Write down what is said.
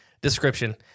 Description